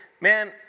Man